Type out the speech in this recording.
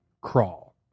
crawl